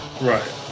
Right